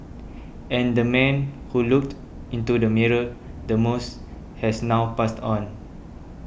and the man who looked into the mirror the most has now passed on